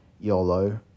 YOLO